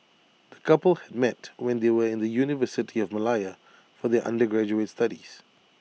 the couple had met when they were in the university of Malaya for their undergraduate studies